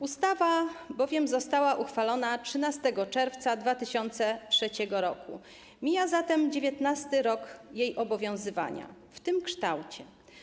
Ustawa bowiem została uchwalona 13 czerwca 2003 r., mija zatem 19. rok jej obowiązywania w tym kształcie.